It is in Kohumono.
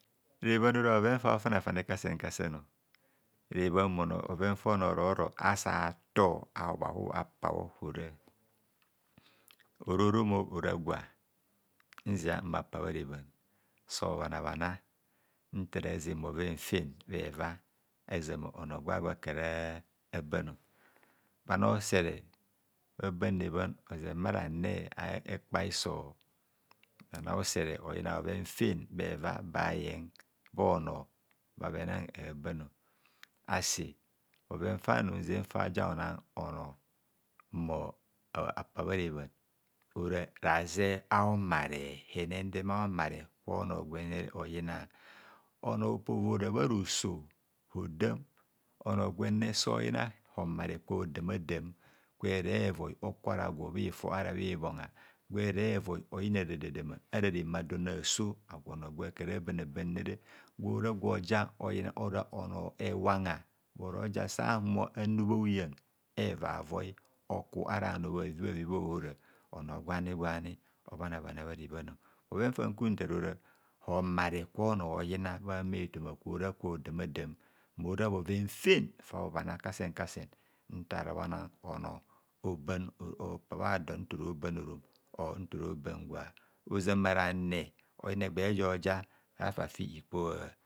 Rebham ora bhoven fa bho fana fafane ka sen kaeen, rebhan bhoven fa onor oro ro asa tor ahu bha hub apabho hora ora oromo ora gwa nzia mma pa bha re bhan so bhana bhana nta razen bhoven fem, bheva a zama onor gwa gwo akara bano bhanor a'usere bha ban re bham ozen bha rane a'hekpa hiso, bhenor a'usere oyina bheven ben bheva ba gwo aye bha onor ba bhe na abano asi bhoven fa num nze fa ja bhona onor mmo apa bha rebhan ora razep a'homare hene ade me a'omare kwonor gwenne oyina, onor opovova bharoso hodam onor gwenne soyina homare kwa hodama dam kwere voi aku ara gwo bhifo ara bhaibhongha gwere voi oyina rada dama ara remadon a'so onor gwa kara bane, ora onor gwo yina ewagha, gworoja sahumor anu bha huyan eva voi oku ara bhanor bhachi bheupi bha ohora onor gwani gwani gwani obhana bhana bha re bhano bhoven fa nku ntar ora homare kwo nor oyina bhame etoma gwora kwa ho dama dam mora bhoven fen fa bhobhana kasen kasen nta ra bho nan onor opa bha don ntoroban orom or oban gwa oza ma rane oyine egina egba jo ja rafafi ikpogha.